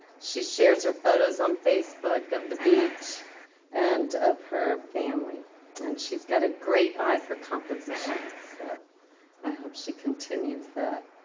she shares her photos on facebook of the beach and of her family and she's got a great eye for composition so i hope she continues that.